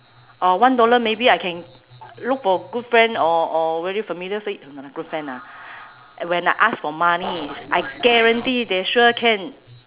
or one dollar maybe I can look for good friend or or very familiar face no lah good friend ah when I ask for money I guarantee they sure can